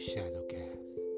Shadowcast